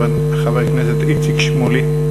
חבר הכנסת איציק שמולי.